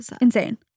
insane